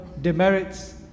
demerits